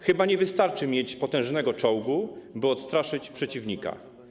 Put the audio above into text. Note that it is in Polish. Chyba nie wystarczy mieć potężny czołg, by odstraszyć przeciwnika.